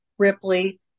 Ripley